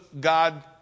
God